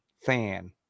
fan